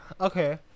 Okay